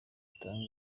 itanga